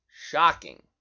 shocking